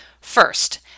First